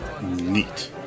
Neat